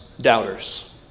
doubters